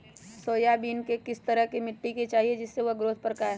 Soybean बीज को किस तरह का मिट्टी चाहिए जिससे वह ग्रोथ कर पाए?